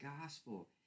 gospel